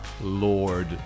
Lord